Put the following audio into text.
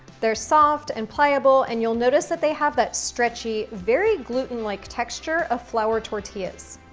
they're soft and pliable, and you'll notice that they have that stretchy, very gluten-like texture of flour tortillas.